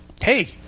hey